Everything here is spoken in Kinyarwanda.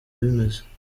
bimeze